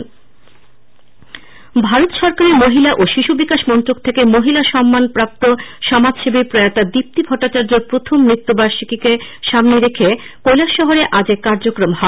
সমাজসেবীর জন্মদিন ভারত সরকারের মহিলা ও শিশু বিকাশ মন্ত্রক থেকে মহিলা সম্মান প্রাপ্ত সমাজসেবী প্রয়াতা দীপ্তি ভট্টাচার্য র প্রখম মৃত্যুবার্ষিকীকে সামনে রেখে কৈলাসহরে আজ এক কার্যক্রম হয়